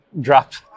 dropped